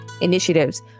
initiatives